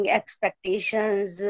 expectations